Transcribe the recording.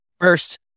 first